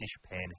dishpan